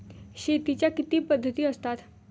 शेतीच्या किती पद्धती असतात?